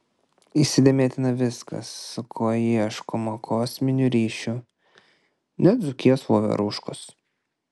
įsidėmėtina viskas su kuo ieškoma kosminių ryšių net dzūkijos voveruškos